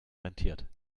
rentiert